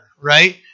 right